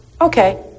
Okay